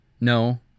no